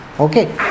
Okay